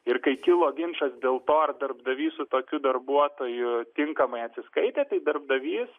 ir kai kilo ginčas dėl to ar darbdavys su tokiu darbuotoju tinkamai atsiskaitė tai darbdavys